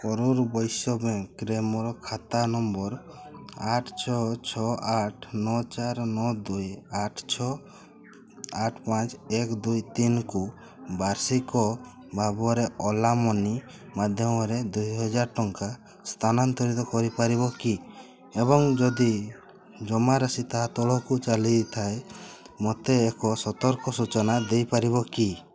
କରୂର ବୈଶ୍ୟ ବ୍ୟାଙ୍କ୍ରେ ମୋର ଖାତା ନମ୍ବର୍ ଆଠ ଛଅ ଛଅ ଆଠ ନଅ ଚାରି ନଅ ଦୁଇ ଆଠ ଛଅ ଆଠ ପାଞ୍ଚ ଏକ ଦୁଇ ତିନିକୁ ବାର୍ଷିକ ଭାବରେ ଓଲା ମନି ମାଧ୍ୟମରେ ଦୁଇହଜାର ଟଙ୍କା ସ୍ଥାନାନ୍ତରିତ କରିପାରିବ କି ଏବଂ ଯଦି ଜମାରାଶି ତାହା ତଳକୁ ଚାଲିଯାଇଥାଏ ମୋତେ ଏକ ସତର୍କ ସୂଚନା ଦେଇପାରିବ କି